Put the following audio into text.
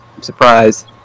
surprise